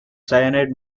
cyanide